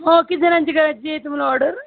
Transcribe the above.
हो किती जणांची करायची आहे तुम्हाला ऑर्डर